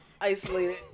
isolated